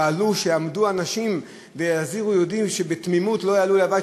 פעלו שיעמדו אנשים ויזהירו יהודים שבתמימות לא יעלו להר-הבית,